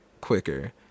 quicker